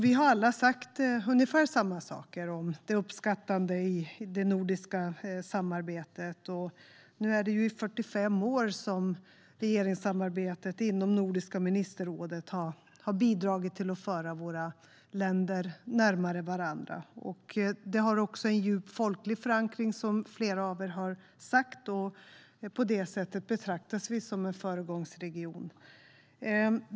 Vi har alla sagt ungefär samma saker om det som uppskattas i det nordiska samarbetet. Under 45 år har regeringssamarbetet inom Nordiska ministerrådet bidragit till att föra våra länder närmare varandra. Detta samarbete har också en djup folklig förankring, som flera av er har sagt. På det sättet betraktas vi som en föregångsregion.